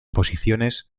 posiciones